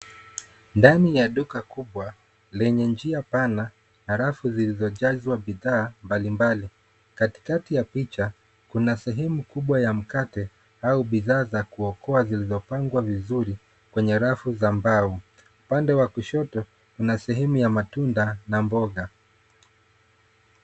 Ndani ya duka kubwa lenye njia pana, rafu zilizojazwa bidhaa mbalimbali. Katikati ya picha kuna sehemu kubwa ya mkate au bidhaa za kuokwa zilizopangwa vizuri kwenye rafu za mbao. Upande wa kushoto kuna sehemu ya matunda na mboga.